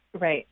Right